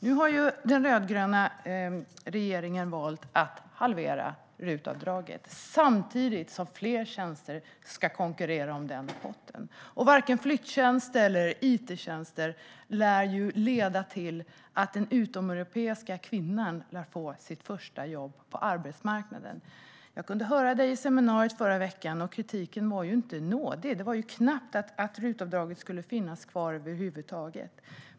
Nu har den rödgröna regeringen valt att halvera RUT-avdraget samtidigt som fler tjänster ska konkurrera om potten. Varken flyttjänster eller it-tjänster lär leda till att den utomeuropeiska kvinnan får sitt första jobb på arbetsmarknaden. Jag hörde Peter Persson på förra veckans seminarium, och kritiken var inte nådig. Det var knappt att RUT-avdraget skulle finnas kvar över huvud taget.